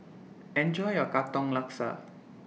Enjoy your Katong Laksa